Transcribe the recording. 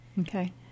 Okay